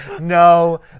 No